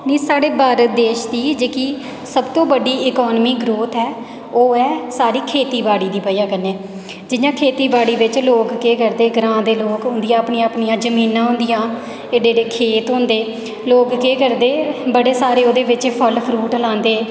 साढ़े भारत देश दी जेह्ड़ी सब तो बड्डा इकानमी ग्रोथ ऐ ओह् ऐ साढ़ी खेतीबाड़ी दी बजह् कन्नै जियां खेतीबाड़ी बिच्च लोक केह् करदे लोग ग्रांऽ दे लोक उं'दियां अपनियां अपनियां जमीनां होंदियां एड्डे एड्डे खेत होंदे लोग केह् करदे बड़े सारे ओह्दे बिच्च फल फरूट लांदे